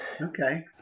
okay